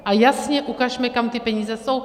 A jasně ukažme, kam ty peníze jdou.